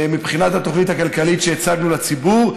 מבחינת התוכנית הכלכלית שהצגנו לציבור,